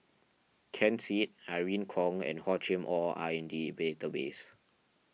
Ken Seet Irene Khong and Hor Chim or are in the database